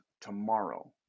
tomorrow